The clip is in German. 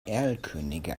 erlkönige